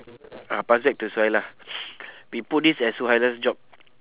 ah pass back to suhaila we put this as suhaila's job